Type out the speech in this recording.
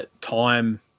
time